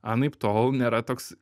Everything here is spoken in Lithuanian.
anaiptol nėra toks